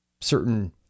certain